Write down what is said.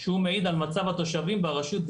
שהוא מעיד על מצב התושבים ברשות,